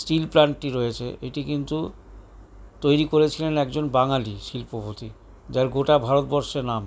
still প্ল্যান্টটি রয়েছে এটি কিন্তু তৈরি করেছিলেন একজন বাঙালি শিল্পপতি যার গোটা ভারতবর্ষে নাম